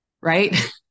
right